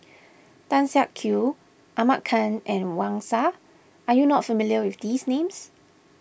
Tan Siak Kew Ahmad Khan and Wang Sha are you not familiar with these names